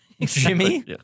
Jimmy